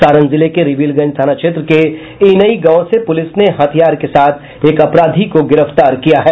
सारण जिले के रिविलगंज थाना क्षेत्र के इनई गांव से पुलिस ने हथियार के साथ एक अपराधी को गिरफ्तार किया है